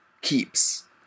keeps